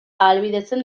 ahalbidetzen